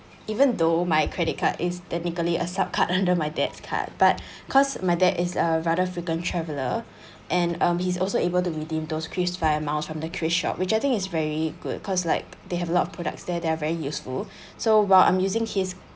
even though my credit card is technically a sub card under my dad's card but because my dad is a rather frequent traveler and um he's also able to redeem those KrisFlyer miles from the Kris~ KrisShop which I think is very good because like they have a lot of products there that are very useful so while I'm using his